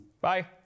Bye